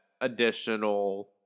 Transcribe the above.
additional